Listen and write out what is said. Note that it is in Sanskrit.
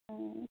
हा